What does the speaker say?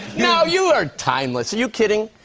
no, you are timeless. are you kidding?